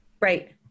Right